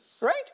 Right